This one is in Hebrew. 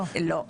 לא.